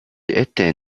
était